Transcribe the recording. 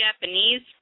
Japanese